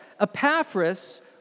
Epaphras